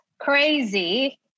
crazy